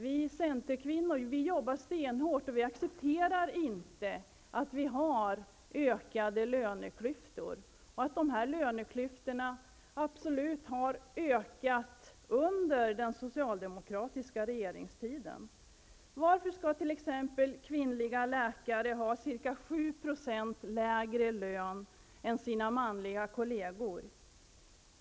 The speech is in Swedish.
Vi centerkvinnor accepterar inte ökade löneklyftor och vi jobbar stenhårt mot det. De här löneklyftorna har definitivt ökat under den socialdemokratiska regeringstiden. Varför skall t.ex. kvinnliga läkare ha ca 7 % lägre lön än sina manliga kollegor?